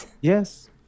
yes